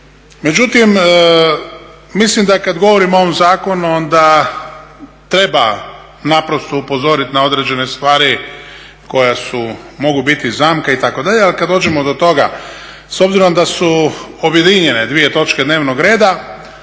Međutim, mislim da kad govorimo o ovom zakonu onda treba naprosto upozoriti na određene stvari koje su, mogu biti zamka, itd., ali kad dođemo do toga, s obzirom da su objedinjene dvije točke dnevnog reda,